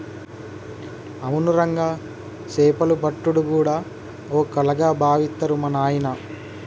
అవును రంగా సేపలు పట్టుడు గూడా ఓ కళగా బావిత్తరు మా నాయిన